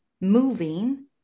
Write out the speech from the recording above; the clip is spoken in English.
moving